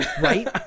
Right